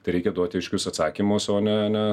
tai reikia duoti aiškius atsakymus o ne ne